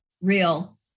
real